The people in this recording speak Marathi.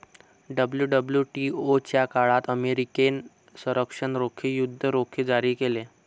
डब्ल्यू.डब्ल्यू.टी.ओ च्या काळात अमेरिकेने संरक्षण रोखे, युद्ध रोखे जारी केले